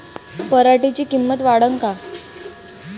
पराटीची किंमत वाढन का?